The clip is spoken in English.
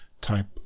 type